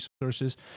resources